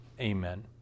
Amen